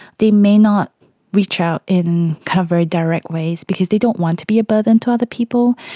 they may not reach out in kind of very direct ways because they don't want to be a burden to other people.